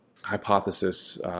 hypothesis